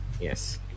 yes